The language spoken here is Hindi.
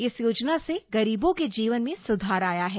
इस योजना से गरीबों के जीवन में स्धार आया है